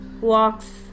walks